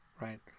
right